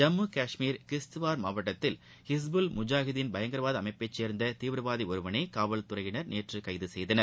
ஜம்மு காஷ்மீரில் கிஸ்துவார் மாவட்டத்தில் ஹிஸ்புல் முஜாகீதின் பயங்கரவாத அமைப்பபை சேர்ந்த தீவிரவாதி ஒருவனை காவல்துறையினர் நேற்று கைது செய்தனர்